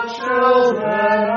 children